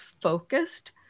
focused